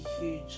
huge